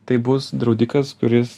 tai bus draudikas kuris